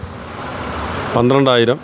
പന്ത്രണ്ടായിരം